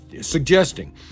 suggesting